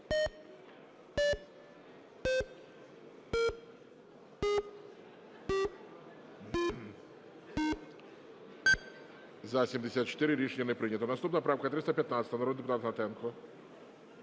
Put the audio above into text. За-74 Рішення не прийнято. Наступна правка 315, народний депутат Гнатенко.